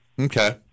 Okay